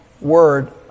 word